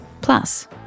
Plus